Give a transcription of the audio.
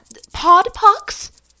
Podpox